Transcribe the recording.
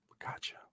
Gotcha